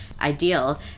ideal